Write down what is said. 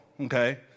okay